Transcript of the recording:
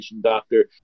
doctor